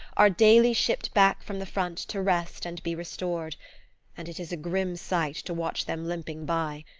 are daily shipped back from the front to rest and be restored and it is a grim sight to watch them limping by,